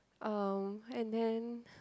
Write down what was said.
um and then